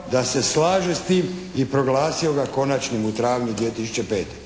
da se slaže s tim i proglasio ga konačnim u travnju 2005.